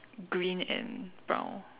green and brown